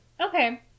Okay